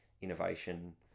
innovation